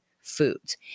foods